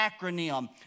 acronym